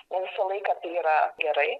ne visą laiką tai yra gerai